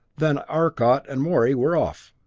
than arcot and morey were off.